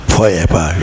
Forever